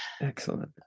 excellent